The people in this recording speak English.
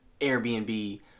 Airbnb